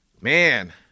man